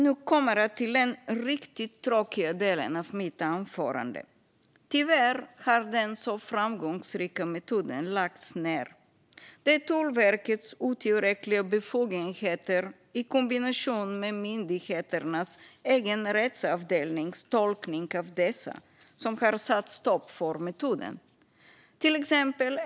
Nu kommer jag till den riktigt tråkiga delen av mitt anförande. Tyvärr har den så framgångsrika metoden lagts ned. Det är Tullverkets otillräckliga befogenheter i kombination med myndighetens egen rättsavdelnings tolkning av dessa som har satt stopp för metoden.